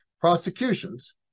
prosecutions